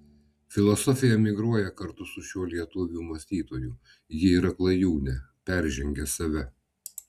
filosofija emigruoja kartu su šiuo lietuvių mąstytoju ji yra klajūnė peržengia save